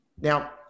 Now